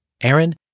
Aaron